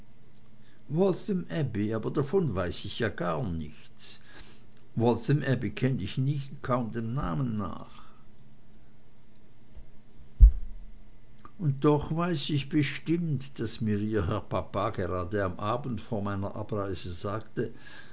waltham abbey aber davon weiß ich ja gar nichts waltham abbey kenn ich nicht kaum dem namen nach und doch weiß ich bestimmt daß mir ihr herr papa gerade am abend vor meiner abreise sagte